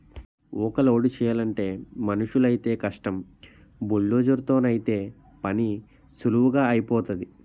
ఊక లోడు చేయలంటే మనుసులైతేయ్ కష్టం బుల్డోజర్ తోనైతే పనీసులువుగా ఐపోతాది